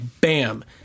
bam